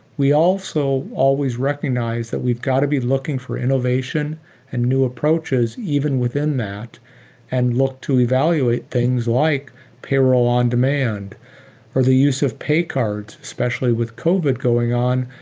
we also always recognize that we've got a be looking for innovation and new approaches even within that and look to evaluate things like payroll on demand or the use of pay cards. especially with covid going on,